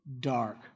dark